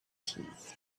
teeth